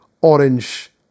orange